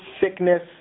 sickness